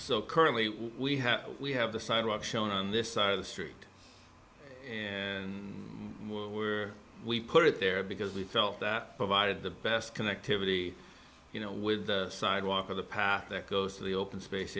so currently we have we have the sidewalk shown on this side of the street and we put it there because we felt that provided the best connectivity you know with the sidewalk or the path that goes to the open space